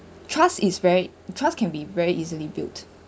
trust is very trust can be very easily built